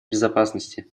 безопасности